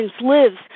lives